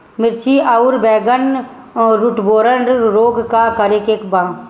मिर्च आउर बैगन रुटबोरर रोग में का करे के बा?